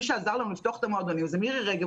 מי שעזר לנו לפתוח את המועדונים זאת מירי רגב,